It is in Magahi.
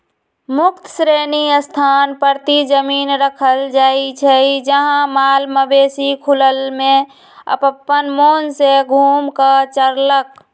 मुक्त श्रेणी स्थान परती जमिन रखल जाइ छइ जहा माल मवेशि खुलल में अप्पन मोन से घुम कऽ चरलक